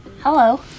hello